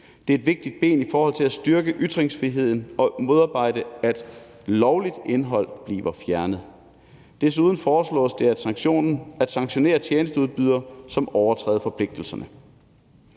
Det er et vigtigt ben i forhold til at styrke ytringsfriheden og modarbejde, at lovligt indhold bliver fjernet. Desuden foreslås det at sanktionere tjenesteudbydere, som overtræder forpligtelserne.